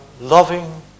loving